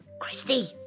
Christy